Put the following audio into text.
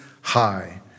High